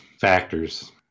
factors